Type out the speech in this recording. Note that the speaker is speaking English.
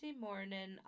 morning